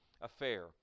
affair